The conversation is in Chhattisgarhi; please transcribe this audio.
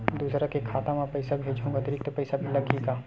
दूसरा के खाता म पईसा भेजहूँ अतिरिक्त पईसा लगही का?